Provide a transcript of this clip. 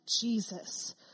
Jesus